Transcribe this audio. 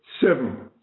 seven